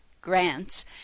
grants